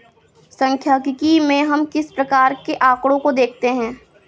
सांख्यिकी में हम किस प्रकार के आकड़ों को देखते हैं?